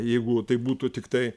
jeigu tai būtų tiktai